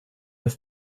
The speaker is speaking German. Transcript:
ist